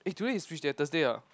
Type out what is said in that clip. eh today is which day Thursday ah